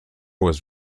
was